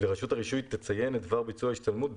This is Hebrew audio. ורשות הרישוי תציין את דבר ביצוע ההשתלמות ברישיונו".